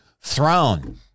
throne